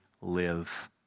live